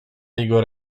jego